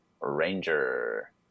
ranger